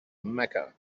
mecca